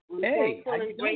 Hey